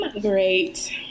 great